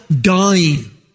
dying